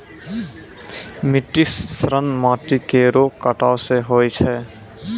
मिट्टी क्षरण माटी केरो कटाव सें होय छै